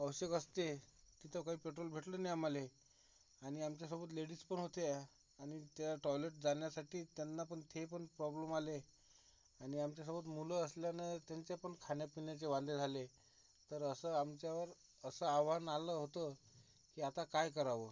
आवश्यक असते तिथं काही पेट्रोल भेटलं नाही आम्हाला आणि आमच्यासोबत लेडीजपन होत्या आणि त्या टॉयलेट जाण्यासाठी त्यांनापण तेपण प्रॉब्लेम आले आणि आमच्यासोबत मुलं असल्यानं त्यांचे पण खाण्यापिण्याचे वांदे झाले तर असं आमच्यावर असं आव्हान आलं होतं की आता कायं करावं